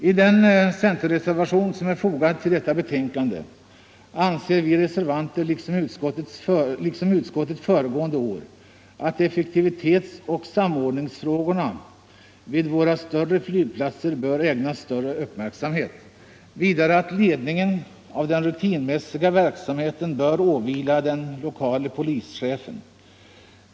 I den centerreservation som är fogad till detta betänkande anser vi reservanter, liksom utskottet gjorde föregående år, att effektivitetsoch samordningsfrågorna vid våra större flygplatser bör ägnas ökad uppmärk Nr 139 samhet. Vidare anser vi att ledningen av den rutinmässiga verksamheten Tisdagen den bör åvila den lokale polischefen.